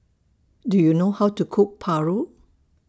Do YOU know How to Cook Paru